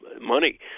money